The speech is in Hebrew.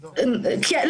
כן,